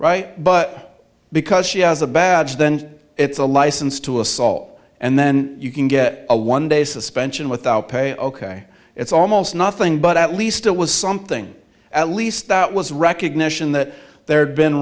right but because she has a badge then it's a license to assault and then you can get a one day suspension without pay ok it's almost nothing but at least it was something at least that was recognition that there had been